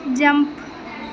jump